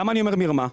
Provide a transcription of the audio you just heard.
למה אני אומר מרמה.